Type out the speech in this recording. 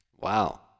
Wow